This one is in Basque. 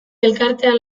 elkartean